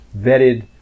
vetted